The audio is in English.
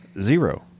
Zero